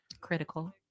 Critical